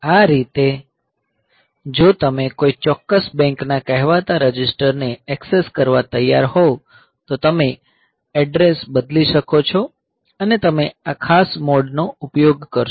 આ રીતે જો તમે કોઈ ચોક્કસ બેંક ના કહેવાતા રજિસ્ટરને ઍક્સેસ કરવા તૈયાર હોવ તો તમે એડ્રેસ બદલી શકો છો અને તમે આ ખાસ મોડ નો ઉપયોગ કરશો